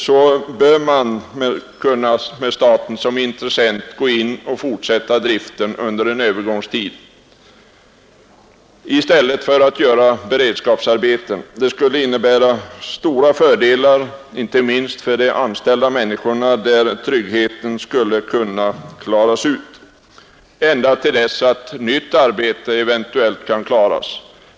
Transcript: Staten bör som intressent kunna gå in och fortsätta driften under en övergångstid tills nytt arbete kan beredas de anställda i stället för att ordna beredskapsarbeten. Det skulle innebära stora fördelar, inte minst för de anställdas känsla av trygghet.